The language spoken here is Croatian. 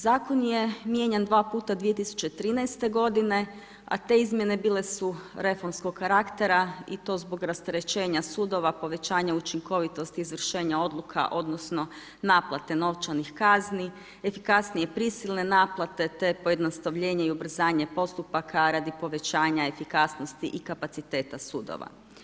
Zakon je mijenjan dva puta, 2013. godine a te izmjene bile su reformskog karaktera i to zbog rasterećenja sudova, povećanja učinkovitosti izvršenja odluka odnosno naplate novčanih kazni, efikasnije prisilne naplate je pojednostavljenje i ubrzanje postupaka radi povećanja efikasnosti i kapaciteta sudova.